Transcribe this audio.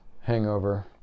hangover